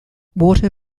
water